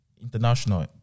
international